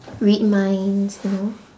read minds you know